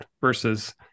versus